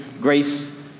grace